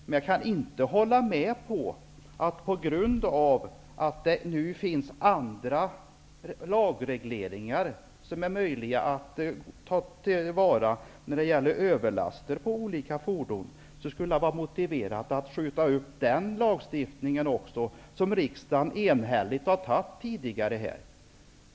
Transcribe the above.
Men jag kan inte hålla med om att det på grund av att det finns andra lagregleringar som är möjliga att tillämpa när det gäller överlaster på olika fordon, skulle vara motiverat att skjuta upp den lagstiftningen också. Den har riksdagen enhälligt fattat beslut om tidigare.